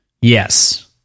Yes